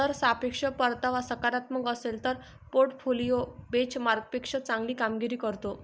जर सापेक्ष परतावा सकारात्मक असेल तर पोर्टफोलिओ बेंचमार्कपेक्षा चांगली कामगिरी करतो